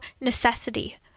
necessity